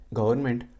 government